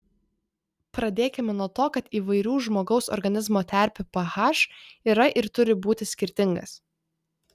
pradėkime nuo to kad įvairių žmogaus organizmo terpių ph yra ir turi būti skirtingas